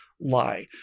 lie